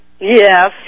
Yes